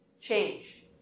change